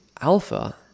alpha